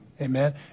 amen